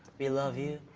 we love you,